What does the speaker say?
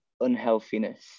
unhealthiness